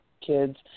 kids